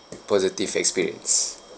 positive experience